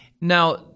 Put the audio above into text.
Now